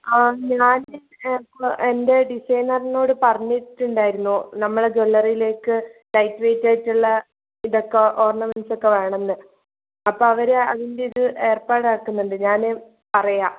ആ ഞാൻ ഇപ്പോൾ എൻ്റെ ഡിസൈനറിനോട് പറഞ്ഞിട്ടുണ്ടായിരുന്നു നമ്മളെ ജ്വല്ലറിയിലേക്ക് ലൈറ്റ് വെയിറ്റ് ആയിട്ടുള്ള ഇതൊക്കെ ഓർണമെൻസ് ഒക്കെ വേണം എന്ന് അപ്പോൾ അവർ അതിൻ്റെ ഇത് ഏർപ്പാടാക്കുന്നുണ്ട് ഞാൻ പറയാം